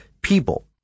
people